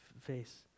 face